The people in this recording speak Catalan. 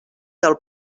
del